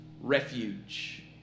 Refuge